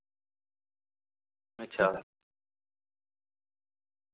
अच्छा